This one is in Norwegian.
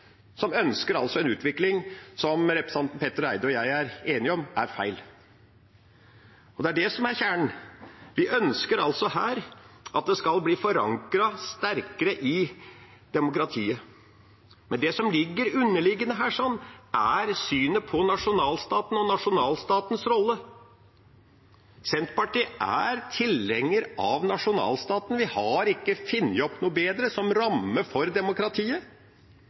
som ønsker en utvikling representanten Petter Eide og jeg er enige om at er feil. Det er det som er kjernen. Vi ønsker altså her at det skal bli forankret sterkere i demokratiet. Men det som er underliggende her, er synet på nasjonalstaten og nasjonalstatens rolle. Senterpartiet er tilhenger av nasjonalstaten. Vi har ikke funnet opp noe bedre som ramme for demokratiet.